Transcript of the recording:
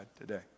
today